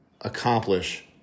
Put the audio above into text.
accomplish